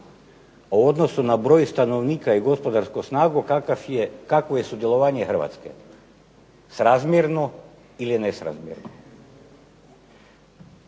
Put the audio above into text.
o odnosu na broj stanovnika i gospodarsku snagu kakvo je sudjelovanje Hrvatske, srazmjerno ili nesrazmjerno?